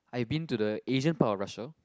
I been to the Asian part of Russia